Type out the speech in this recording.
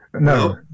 No